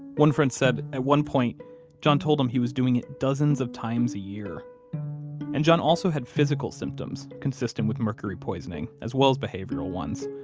one friend said, at one point john told him he was doing it dozens of times a year and john also had physical symptoms consistent with mercury poisoning, as well as behavioral ones.